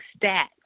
stats